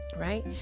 right